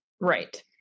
Right